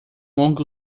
longo